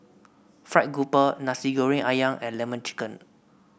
fried grouper Nasi Goreng ayam and lemon chicken